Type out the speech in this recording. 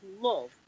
love